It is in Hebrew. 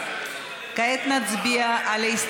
עמר בר-לב,